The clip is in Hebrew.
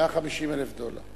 150,000 דולר.